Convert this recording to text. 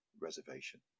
reservation